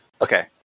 Okay